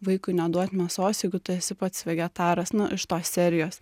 vaikui neduot mėsos jeigu tu esi pats vegetaras nu iš tos serijos